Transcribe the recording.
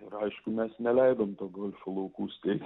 ir aišku mes neleidom to golfo laukų steigt